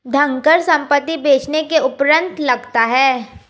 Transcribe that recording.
धनकर संपत्ति बेचने के उपरांत लगता है